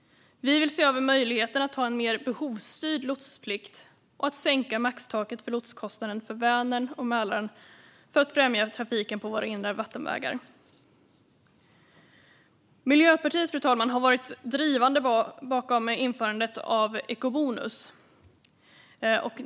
Vi vill se över möjligheten att ha en mer behovsstyrd lotsplikt och att sänka maxtaket för lotskostnaden för Vänern och Mälaren för att främja trafiken på våra inre vattenvägar. Fru talman! Miljöpartiet har varit drivande i införandet av ekobonus.